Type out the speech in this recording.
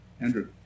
Andrew